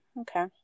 okay